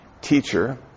teacher